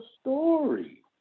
story